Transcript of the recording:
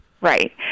Right